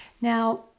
now